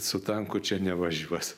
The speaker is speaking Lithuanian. su tanku čia nevažiuos